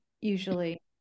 usually